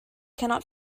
cannot